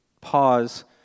pause